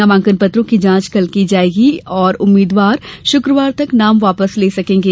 नामांकन पत्रों की जांच कल की जाएगी और उम्मीदवार शुक्रवार तक नाम वापस ले सकेंगे